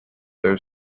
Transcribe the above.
their